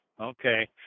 Okay